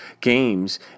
games